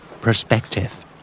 Perspective